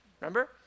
remember